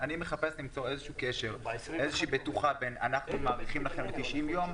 אני מחפש למצוא איזושהי בטוחה שמאריכים ל-90 יום,